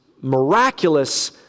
miraculous